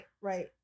right